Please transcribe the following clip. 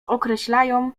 określają